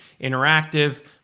interactive